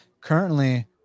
Currently